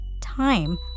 time